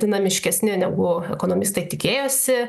dinamiškesni negu ekonomistai tikėjosi